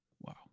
Wow